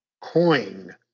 coin